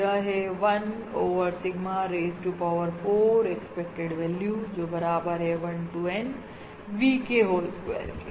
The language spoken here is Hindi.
तो यह है 1 over sigma raise to power 4 expected value बराबर है 1 to N VK whole square